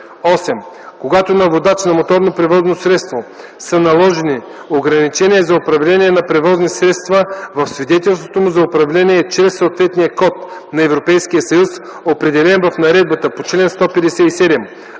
(8) Когато на водач на моторно превозно средство са наложени ограничения за управление на превозни средства, в свидетелството му за управление чрез съответния код на Европейския съюз, определен в наредбата по чл. 159,